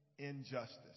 injustice